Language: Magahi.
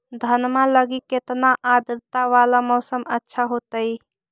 धनमा लगी केतना आद्रता वाला मौसम अच्छा होतई?